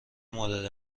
مورد